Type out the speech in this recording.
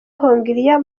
hongiriya